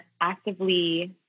actively